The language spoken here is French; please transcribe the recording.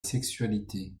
sexualité